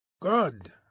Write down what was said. Good